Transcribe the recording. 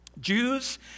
Jews